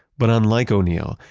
but unlike o'neill,